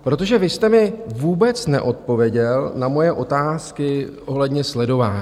Protože vy jste mi vůbec neodpověděl na moje otázky ohledně sledování.